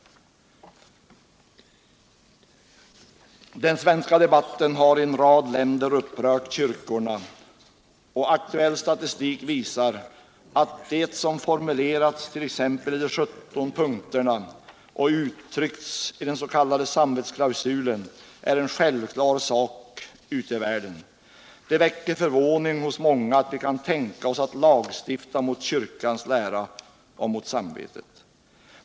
Den svenska debatten har upprört kyrkorna i en rad andra länder. Aktuell statistik visar att det som formuleras i t.ex. de 17 punkterna och uttryckts i den s.k. samvetsklausulen är en självklar sak ute i världen. Det väcker förvåning hos många att vi kan tänka oss att lagstifta mot kyrkans lära och mot samvetet.